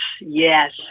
yes